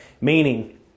meaning